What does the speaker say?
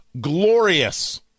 glorious